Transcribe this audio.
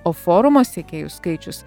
o forumo sekėjų skaičius